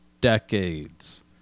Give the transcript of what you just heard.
decades